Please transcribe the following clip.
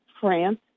France